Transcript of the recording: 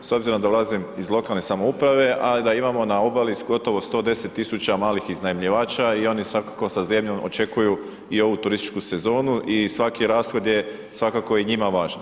S obzirom da dolazim iz lokalne samouprave, a da imamo na obali gotovo 110 tisuća malih iznajmljivača i oni svakako sa zebnjom očekuju i ovu turističku sezonu i svaki rashod je svakako i njima važan.